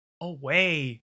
away